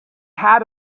had